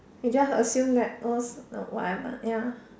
we just assume the hmm whatever ya